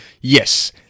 Yes